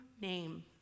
name